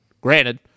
granted